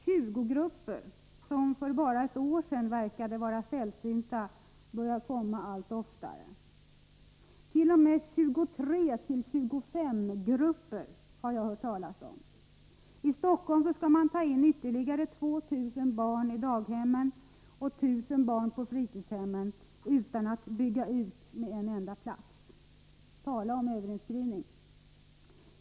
20-grupper, som bara för ett år sedan verkade vara sällsynta, börjar komma allt oftare. T. o. m. 23-25-grupper har jag hört talas om. I Stockholm skall man ta in ytterligare 2 000 barn i daghemmen och 1000 på fritidshemmen utan att bygga ut med en enda plats. Tala om överinskrivning!